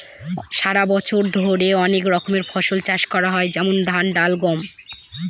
সারা বছর ধরে অনেক রকমের ফসল চাষ করা হয় যেমন ধান, ডাল, গম